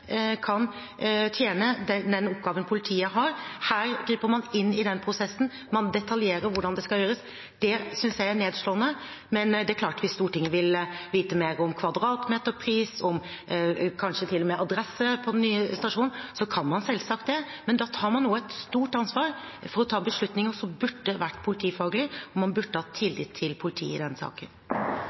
kan tjene den oppgaven politiet har. Her griper man inn i den prosessen, man detaljerer hvordan det skal gjøres. Det synes jeg er nedslående. Men det er klart: Hvis Stortinget vil vite mer om kvadratmeterpris og kanskje til og med om adresse for den nye stasjonen, kan man selvsagt få det. Men da tar man også et stort ansvar for å ta beslutninger som burde ha vært politifaglige, og man burde ha hatt tillit til politiet i denne saken.